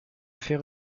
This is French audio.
faire